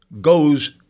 goes